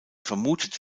vermutet